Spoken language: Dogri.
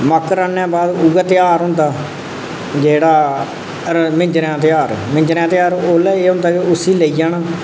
मक्क रढ़ने बाद उ'ऐ तेहार होंदा जेह्ड़ा र मिंजरे दा तेहार मिंजरें दा तेहार ओल्लै एह् होंदा कि उसी लेई जाना